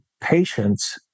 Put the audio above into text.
patients